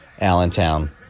Allentown